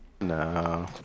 No